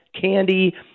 candy